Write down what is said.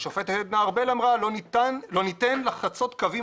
השופטת עדנה ארבל אמרה 'לא ניתן לחצות קוים